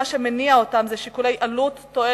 ומה שמניע אותן זה שיקולי עלות-תועלת,